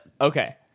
okay